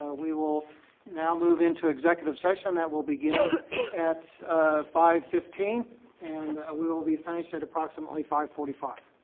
we will now move into executive session that will begin at five fifteen and we will be finished at approximately five forty five.